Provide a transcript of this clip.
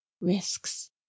risks